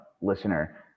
listener